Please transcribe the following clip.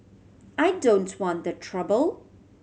I don't want the trouble